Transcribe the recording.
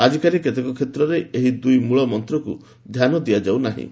ଆକିକାଲି କେତେକ କ୍ଷେତ୍ରରେ ଏହି ଦୁଇ ମୂଳ ମନ୍ତ୍ରକୁ ଧ୍ୟାନ ଦିଆଯାଉ ନାହିଁ